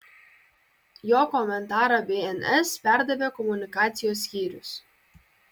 jo komentarą bns perdavė komunikacijos skyrius